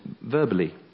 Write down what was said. verbally